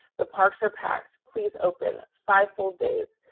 the parks are packed. please open five full days.